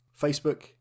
Facebook